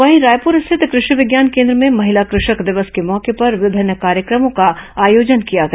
वहीं रायपुर स्थित कृषि विज्ञान केन्द्र में महिला कृषक दिवस के मौके पर विभिन्न कार्यक्रमों का आयोजन किया गया